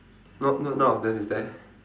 no~ no~ none of them is there